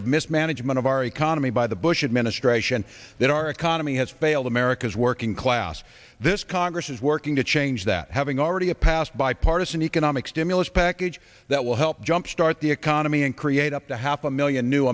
of mismanagement of our economy by the bush administration that our economy has failed america's working class this congress is working to change that having already a passed bipartisan economic stimulus package that will help jumpstart the economy and create up to half a million new